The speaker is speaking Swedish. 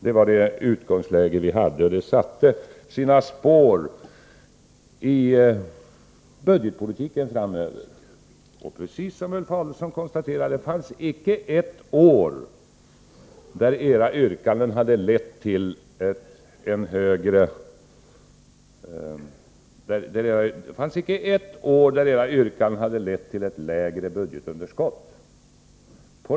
Det var det utgångsläge vi hade, och det satte sina spår i budgetpolitiken framöver. Precis som Ulf Adelsohn konstaterade fanns det icke ett år då era yrkanden hade lett till ett lägre budgetunderskott.